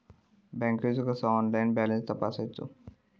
बँकेचो कसो online balance तपासायचो?